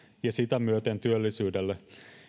ja sitä myöten työllisyydelle